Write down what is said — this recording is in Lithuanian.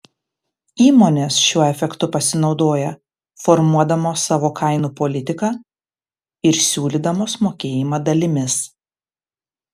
įmonės šiuo efektu pasinaudoja formuodamos savo kainų politiką ir siūlydamos mokėjimą dalimis